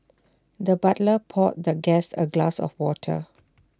the butler poured the guest A glass of water